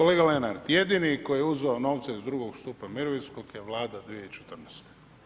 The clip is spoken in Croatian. Kolega Lenart, jedini koji je uzeo novce iz drugog stupa mirovinskog je vlada 2014.